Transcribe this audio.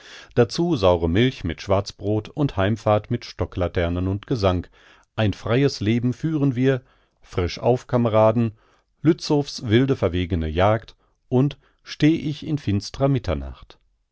dazu saure milch mit schwarzbrot und heimfahrt mit stocklaternen und gesang ein freies leben führen wir frisch auf kameraden lützow's wilde verwegene jagd und steh ich in finstrer mitternacht